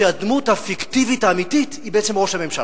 שהדמות הפיקטיבית האמיתית היא בעצם ראש הממשלה,